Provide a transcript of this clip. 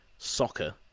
soccer